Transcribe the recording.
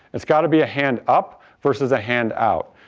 it's got to be a hand up versus a hand out.